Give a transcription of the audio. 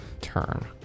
turn